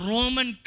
Roman